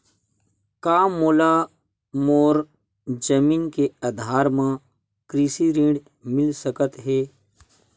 का मोला मोर जमीन के आधार म कृषि ऋण मिल सकत हे?